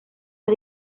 las